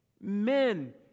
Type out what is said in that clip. men